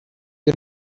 you